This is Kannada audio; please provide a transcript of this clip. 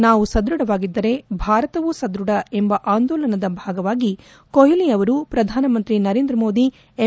ನಾವು ಸದೃಢರಾಗಿದ್ದರೆ ಭಾರತವೂ ಸದೃಢ ಎಂಬ ಆಂದೋಲನದ ಭಾಗವಾಗಿ ಕೊಟ್ಲಿ ಅವರು ಪ್ರಧಾನಮಂತ್ರಿ ನರೇಂದ್ರಮೋದಿ ಎಂ